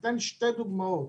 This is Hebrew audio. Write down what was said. שתי דוגמאות: